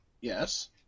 Yes